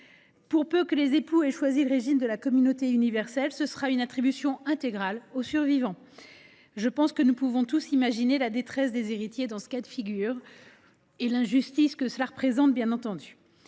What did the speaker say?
Pour peu que les époux aient choisi le régime de la communauté universelle, ce sera une attribution intégrale au survivant. Je pense que nous pouvons tous imaginer la détresse des héritiers dans ce cas de figure et, bien entendu, l’injustice que cela représente.